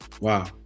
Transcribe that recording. Wow